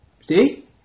See